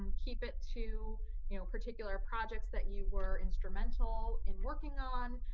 and keep it to you know particular projects that you were instrumental in working on,